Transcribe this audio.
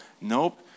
nope